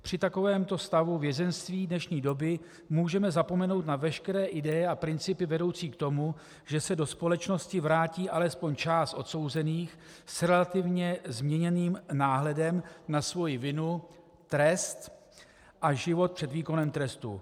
Při takovémto stavu vězeňství dnešní doby můžeme zapomenout na veškeré ideje a principy vedoucí k tomu, že se do společnosti vrátí alespoň část odsouzených s relativně změněným náhledem na svoji vinu, trest a život před výkonem trestu.